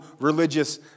religious